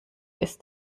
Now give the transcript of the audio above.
ist